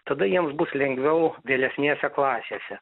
tada jiems bus lengviau vėlesnėse klasėse